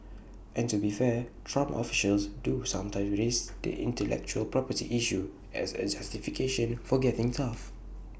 and to be fair Trump officials do sometimes raise the intellectual property issue as A justification for getting tough